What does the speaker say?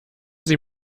sie